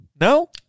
No